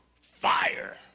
fire